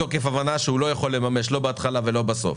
מתוקף הבנה שהוא לא יכול לממש לא בהתחלה ולא בסוף.